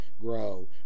grow